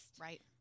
Right